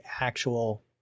actual